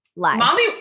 mommy